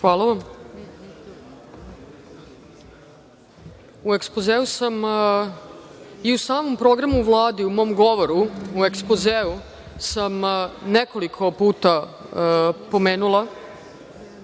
Hvala vam.U ekspozeu sam i u samom programu Vlade, mom govoru u ekspozeu sam nekoliko puta pomenula